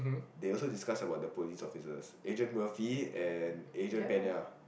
they also discuss about the police officers Agent Murphy and Agent Pena